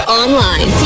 online